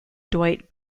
dwight